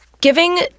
Giving